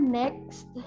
next